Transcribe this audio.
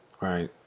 Right